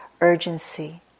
urgency